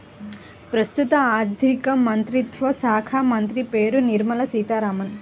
ప్రస్తుత ఆర్థికమంత్రిత్వ శాఖామంత్రి పేరు నిర్మల సీతారామన్